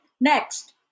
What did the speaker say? Next